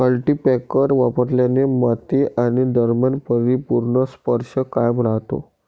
cultipacker वापरल्याने माती आणि दरम्यान परिपूर्ण स्पर्श कायम राहतो